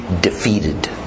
defeated